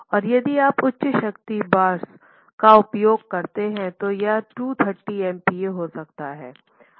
और यदि आप उच्च शक्ति बार्स का उपयोग कर रहे हैं तो यह 230 MPa हो सकता है